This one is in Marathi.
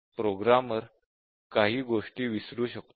प्रोग्रामर काही गोष्टी विसरू शकतो